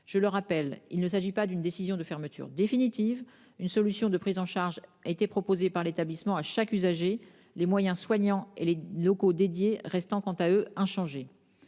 Je le rappelle, il ne s'agit pas d'une décision de fermeture définitive. Une solution de prise en charge a été proposée par l'établissement à chaque usager, les moyens soignants et les locaux dédiés restant, quant à eux, inchangés.